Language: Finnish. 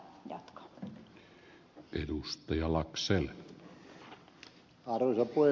arvoisa puhemies